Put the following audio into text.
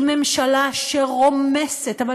עם ממשלה שרומסת, אבל